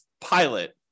pilot